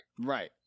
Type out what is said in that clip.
Right